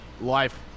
life